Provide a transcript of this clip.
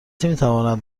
میتواند